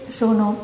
sono